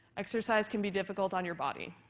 exercise can be difficult on your body.